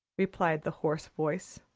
replied the hoarse voice.